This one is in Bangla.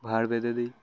ভাড় পেতে দিই